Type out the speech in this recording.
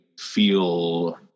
feel